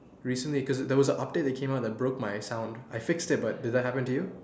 recently because there was a update recently that came out that broke my sound I fixed it but did that happen to you